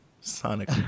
Sonic